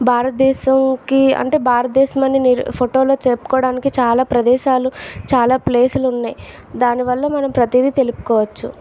భారతదేశంకి అంటే భారతదేశం అని ఫోటోలు చెప్పుకోవడానికి చాలా ప్రదేశాలు చాలా ప్లేసులు ఉన్నాయి దానివల్ల మనం ప్రతిదీ తెలుపుకోవచ్చు